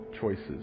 choices